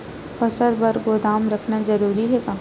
फसल बर गोदाम रखना जरूरी हे का?